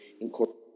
incorporate